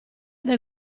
del